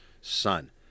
son